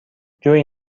جویی